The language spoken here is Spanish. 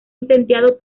incendiado